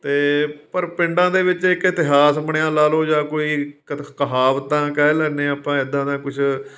ਅਤੇ ਪਰ ਪਿੰਡਾਂ ਦੇ ਵਿੱਚ ਇੱਕ ਇਤਿਹਾਸ ਬਣਿਆ ਲਗਾ ਲਓ ਜਾਂ ਕੋਈ ਕਹਾਵਤਾਂ ਕਹਿ ਲੈਂਦੇ ਹਾਂ ਆਪਾਂ ਇੱਦਾਂ ਦਾ ਕੁਝ